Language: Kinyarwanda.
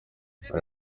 yari